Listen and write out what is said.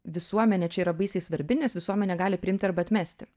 visuomenė čia yra baisiai svarbi nes visuomenė gali priimt arba atmesti